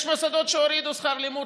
יש מוסדות שהורידו שכר לימוד.